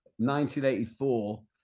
1984